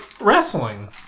wrestling